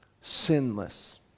Sinless